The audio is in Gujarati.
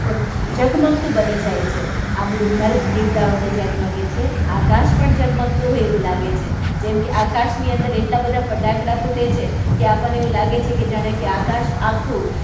ઝગમગતું બની જાય છે આપણું ઘર દીવડાઓથી ઝગમગે છે આકાશ પણ ઝગમગતું હોય એવું લાગે છે જેમકે આકાશની અંદર એટલા બધા ફટાકડા ફૂટે છે કે આપણને એવું લાગે છે જાણે કે આકાશ આખું